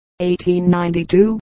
1892